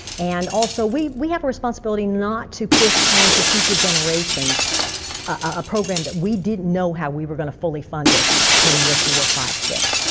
and also, we we have a responsibility not to push on to future generations a program that we didn't know how we were going too fully fund it come year four, five, six.